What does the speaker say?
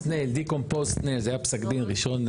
הסנה, די קומפוס סנה, זה היה פסק דין ראשון.